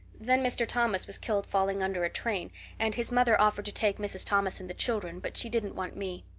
then mr. thomas was killed falling under a train and his mother offered to take mrs. thomas and the children, but she didn't want me.